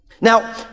Now